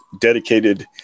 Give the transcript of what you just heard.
dedicated